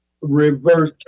Reverse